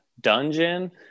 dungeon